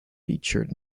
featured